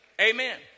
Amen